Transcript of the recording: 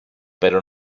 pero